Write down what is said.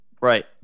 right